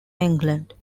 england